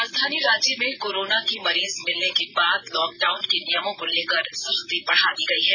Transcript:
राजधानी रांची में कोरोना की मरीज मिलने के बाद लॉकडाउन के नियमों को लेकर सख्ती बढा दी गई है